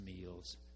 meals